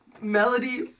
Melody